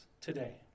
today